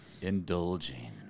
Indulging